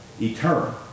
Eternal